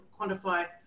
quantify